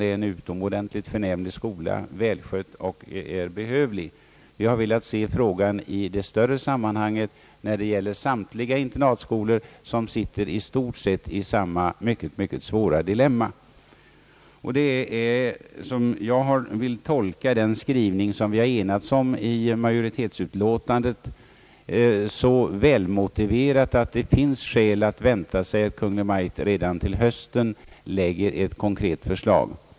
Det är en utomordentligt förnämlig skola, välskött och behövlig. Vi har emellertid velat se frågan i ett större sammanhang gällande samtliga internatskolor, som i stort sett sitter i samma, mycket svåra dilemma. Jag anser den skrivning som vi har enats om i majoritetsutlåtandet vara så välmotiverad, att det finns skäl att vänta sig att Kungl. Maj:t redan till hösten framlägger ett konkret förslag.